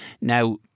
now